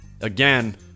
Again